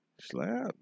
Slap